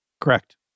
correct